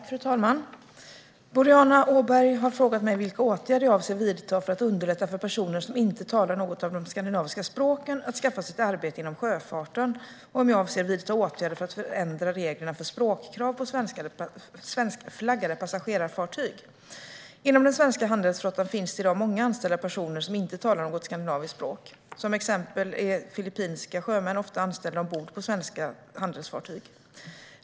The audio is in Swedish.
Fru talman! Boriana Åberg har frågat mig vilka åtgärder jag avser att vidta för att underlätta för personer som inte talar något av de skandinaviska språken att skaffa sig ett arbete inom sjöfarten och om jag avser att vidta åtgärder för att förändra reglerna för språkkrav på svenskflaggade passagerarfartyg. Inom den svenska handelsflottan finns det i dag många anställda personer som inte talar något skandinaviskt språk. Som exempel är filippinska sjömän ofta anställda ombord på svenska handelsfartyg.